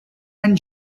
and